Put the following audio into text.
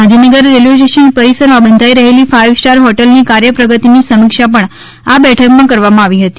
Gandhinagar railway station પરિસરમાં બંધાઈ રહેલી ફાઇવ સ્ટાર હોટેલ ની કાર્ય પ્રગતિની સમિક્ષા પણ આ બેઠકમાં કરવામાં આવી હતી